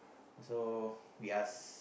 so we ask